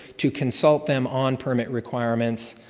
to consult them on permit requirements.